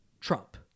Trump